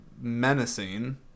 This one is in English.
menacing